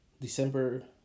December